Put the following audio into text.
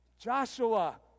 Joshua